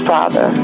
Father